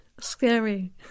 Scary